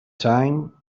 time